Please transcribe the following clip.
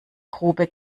grube